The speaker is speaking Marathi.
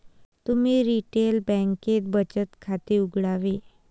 तुम्ही रिटेल बँकेत बचत खाते उघडावे